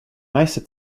meiste